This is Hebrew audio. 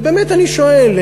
ובאמת אני שואל,